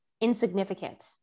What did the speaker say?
insignificant